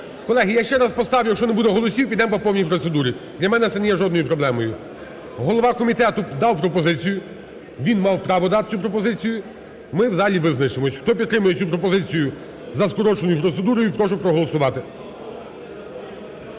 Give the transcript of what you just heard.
Колеги, я ще раз поставлю, якщо не буде голосів, підемо по повній процедурі, для мене це не є жодною проблемою. Голова комітету дав пропозицію, він мав право дати цю пропозицію, ми в залі визначимося. Хто підтримує цю пропозицію за скороченою процедурою, прошу проголосувати.